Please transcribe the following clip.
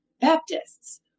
Baptists